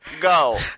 Go